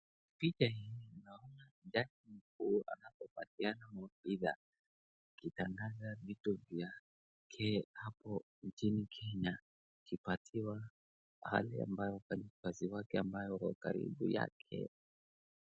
Picha hii naona jaji mkuu anapopatiana mawaidha, akitangaza vitu vya hapo nchini Kenya akipatiwa hali ambayo wafanyikazi wake ambao wako karibu yake.